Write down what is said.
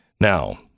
Now